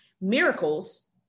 miracles